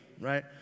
Right